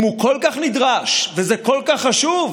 אם הוא כל כך נדרש וזה כל כך חשוב,